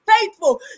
faithful